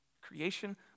creation